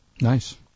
Nice